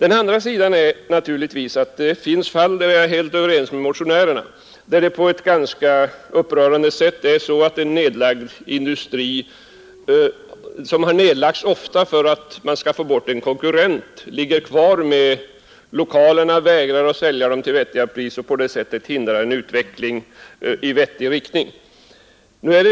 Å andra sidan är jag helt överens med motionärerna om att det är upprörande när ägaren till en nedlagd industri — som ofta har nedlagts för att man skall få bort en konkurrent — har kvar lokalerna och vägrar att sälja dem till rimliga priser och därigenom hindrar en utveckling i vettig riktning.